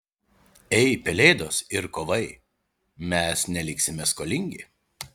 ei pelėdos ir kovai mes neliksime skolingi